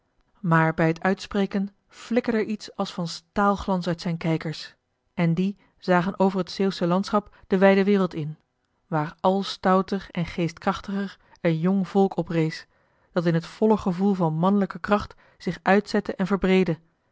maar bij het uitspreken flikkerde er iets als van staalglans uit zijn kijkers en die zagen over het zeeuwsche landschap de wijde wereld joh h been paddeltje de scheepsjongen van michiel de ruijter in waar al stouter en geestkrachtiger een jong volk oprees dat in het volle gevoel van manlijke kracht zich uitzette en verbreedde